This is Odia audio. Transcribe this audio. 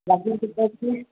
ଗାଜର କେତେ ଅଛି